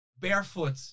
Barefoot